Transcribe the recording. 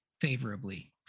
favorably